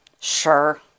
Sure